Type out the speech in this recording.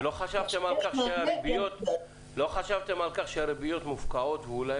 לא חשבתם על כך שהריביות מופקעות ואולי